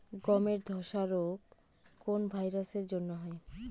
গমের ধসা রোগ কোন ভাইরাস এর জন্য হয়?